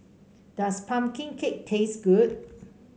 does pumpkin cake taste good